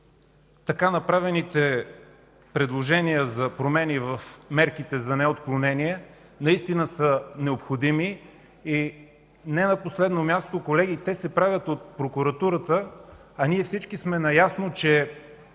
направените предложения за промени в мерките за неотклонение са необходими. И не на последно място, те се правят от прокуратурата, а ние всички сме наясно, че